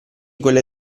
quelle